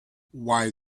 why